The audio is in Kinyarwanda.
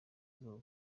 zuba